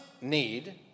need